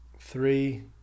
three